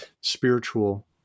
spiritual